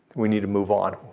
we need to move on.